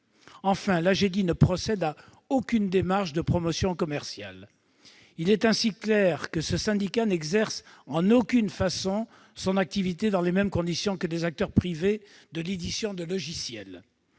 et l'Agedi ne procède à aucune démarche de promotion commerciale. Il est ainsi clair que ce syndicat n'exerce en aucune façon son activité dans les mêmes conditions que les acteurs privés de l'édition de logiciels.